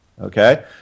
okay